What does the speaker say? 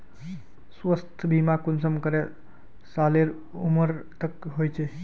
स्वास्थ्य बीमा कुंसम करे सालेर उमर तक होचए?